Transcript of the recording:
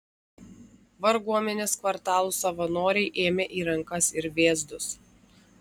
varguomenės kvartalų savanoriai ėmė į rankas ir vėzdus